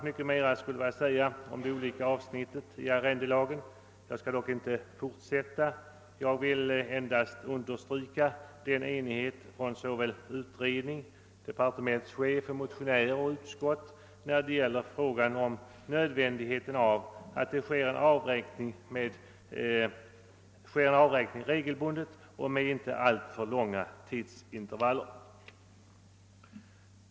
Mycket mer skulle vara att säga om de olika avsnitten i arrendelagen. Jag skall dock inte fortsätta utan vill endast understryka den enighet som rått mellan såväl utredning, motionärer, departementschef som utskott när det gäller nödvändigheten av att en avräkning sker regelbundet och inte med alltför långa tidsintervaller.